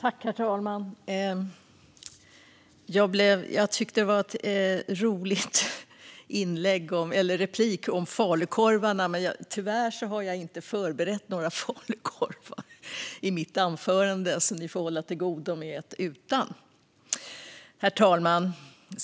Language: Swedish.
Herr talman! Jag tyckte att det var en rolig replik om falukorvarna. Tyvärr har jag inte förberett några falukorvar i mitt anförande, så ni får hålla till godo med ett utan. Herr talman!